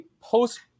post